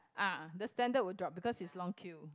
ah the standard will drop because it's long queue